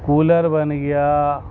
cooler بن گیا